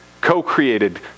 co-created